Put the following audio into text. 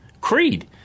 creed